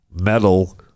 metal